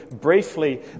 briefly